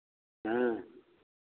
हाँ